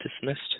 dismissed